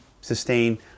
sustain